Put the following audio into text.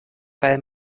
kaj